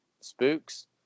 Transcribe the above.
spooks